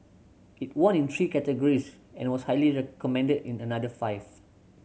it won in three categories and was highly recommended in another five